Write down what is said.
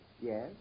Yes